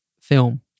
film